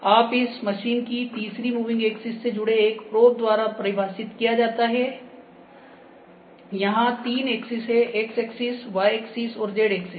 माप इस मशीन की तीसरी मूविंग एक्सिस से जुड़े एक प्रोब द्वारा परिभाषित किया जाता है यहां तीन एक्सिस है x एक्सिस y एक्सिस और z एक्सिस